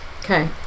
Okay